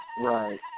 Right